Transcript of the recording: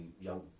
young